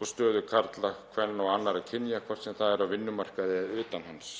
og stöðu karla, kvenna og annarra kynja, hvort sem það er á vinnumarkaði eða utan hans.